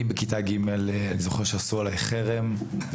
אני זוכר שעשו עלי חרם בכיתה ג',